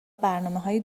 برنامههای